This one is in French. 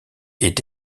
est